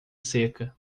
seca